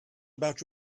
about